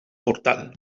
portal